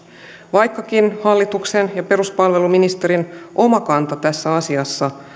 vaikkakin hallituksen ja peruspalveluministerin oma kanta tässä asiassa